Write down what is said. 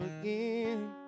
again